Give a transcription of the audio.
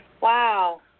Wow